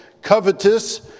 covetous